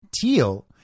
Teal